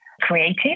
creative